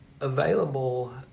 available